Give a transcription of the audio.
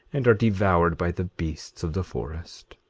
and are devoured by the beasts of the forest.